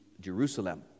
Jerusalem